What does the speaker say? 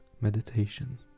meditation